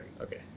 Okay